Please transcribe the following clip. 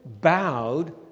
bowed